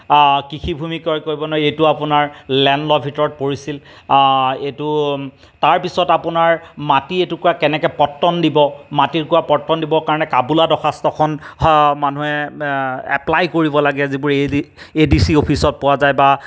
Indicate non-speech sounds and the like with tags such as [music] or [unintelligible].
কৃষি ভূমি ক্ৰয় কৰিব নোৱাৰিব এইটো আপোনাৰ লেণ্ড ল' ভিতৰত পৰিছিল এইটো তাৰপিছত আপোনাৰ মাটি এটুকুৰা কেনেকৈ পট্টন দিব মাটি [unintelligible] পট্টন দিবৰ কাৰণে কাবুলা দৰ্খাস্তখন মানুহে এপ্লাই কৰিব লাগে যিবোৰ [unintelligible] এ ডি চি অফিচত পোৱা যায় বা